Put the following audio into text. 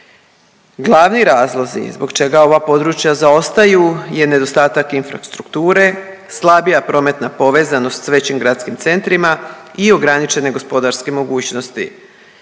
Glavni razlozi zbog čega ova područja zaostaju je nedostatak infrastrukture, slabija prometna povezanost s većim gradskim centrima i ograničene gospodarske mogućnosti